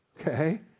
okay